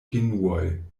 genuoj